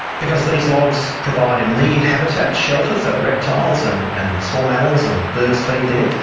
because these logs provide immediate habitat, shelter for reptiles and and small mammals, and birds feed there,